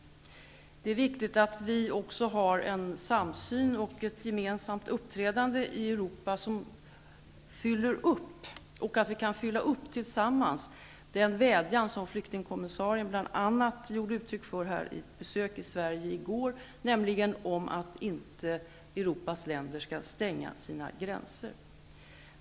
Det är viktigt att länderna i Europa har en samsyn och ett gemenamt uppträdande, så att vi tillsammans kan tillmötesgå den vädjan som flyktingkommissarien bl.a. uttryckte vid ett besök i Sverige i går, en vädjan om att Europas länder inte skall stänga sina gränser.